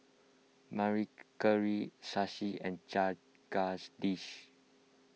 Mary Shashi and Jagadish